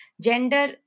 gender